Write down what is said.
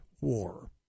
War